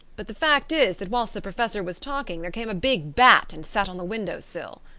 but the fact is that whilst the professor was talking there came a big bat and sat on the window-sill.